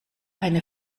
eine